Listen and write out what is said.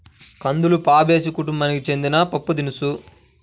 కందులు ఫాబేసి కుటుంబానికి చెందిన పప్పుదినుసు